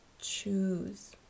choose